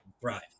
thrive